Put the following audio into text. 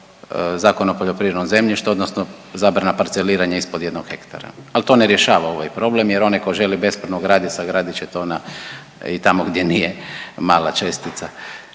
Zakon o poljoprivrednom zemljištu, odnosno zabrana parceliranja ispod jednog hektara. Ali to ne rješava ovaj problem, jer onaj tko želi bespravno graditi sagradit će to na i tamo gdje nije mala čestica,